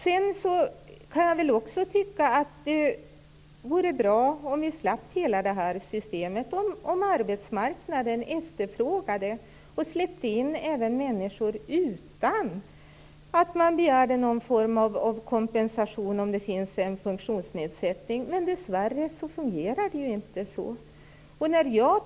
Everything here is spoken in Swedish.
Sedan kan också jag tycka att det vore bra om vi slapp hela det här systemet, om arbetsmarknaden efterfrågade och släppte in människor utan att begära någon form av kompensation för eventuell funktionsnedsättning. Men dessvärre fungerar det inte så.